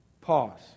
Pause